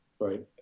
right